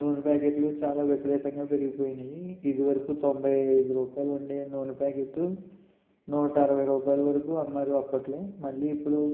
నూనె ప్యాకెట్లు చాలా విపరీతంగా పెరిగిపోయినాయి ఇదివరకు తొంభై ఐదు రూపాయలు ఉండే నూనె ప్యాకెట్టు నూట అరవై రూపాయల వరకు అమ్మారు అప్పట్లో మళ్ళీ ఇప్పుడు